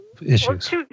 issues